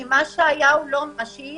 כי מה שהיה הוא לא מה שיהיה.